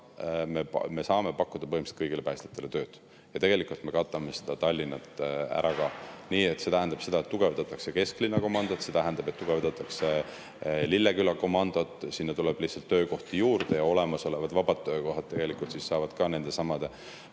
me saame pakkuda põhimõtteliselt kõigile päästjatele tööd ja tegelikult me katame Tallinna ära. See tähendab seda, et tugevdatakse kesklinna komandot ehk tugevdatakse Lilleküla komandot. Sinna tuleb lihtsalt töökohti juurde ja olemasolevad vabad töökohad tegelikult saavad täidetud.